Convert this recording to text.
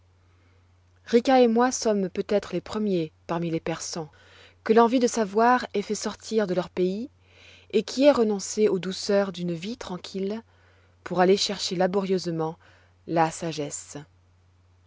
rica et moi sommes peut-être les premiers parmi les persans que l'envie de savoir ait fait sortir de leur pays et qui aient renoncé aux douceurs d'une vie tranquille pour aller chercher laborieusement la sagesse